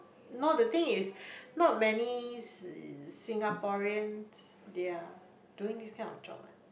no the thing is not many s~ Singaporeans they are doing this kind of job